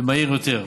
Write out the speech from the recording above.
ומהיר יותר.